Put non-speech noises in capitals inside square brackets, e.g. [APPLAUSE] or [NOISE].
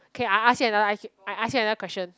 okay I ask you another I [NOISE] I ask you another question